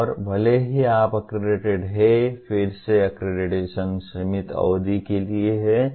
और भले ही आप अक्रेडिटेड हैं फिर से अक्रेडिटेशन सीमित अवधि के लिए है